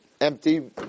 empty